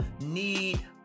need